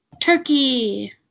Turkey